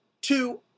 two